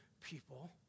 people